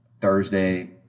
Thursday